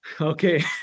Okay